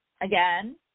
Again